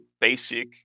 basic